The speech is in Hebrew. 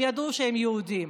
הם ידעו שהם יהודים.